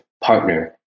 partner